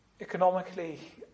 Economically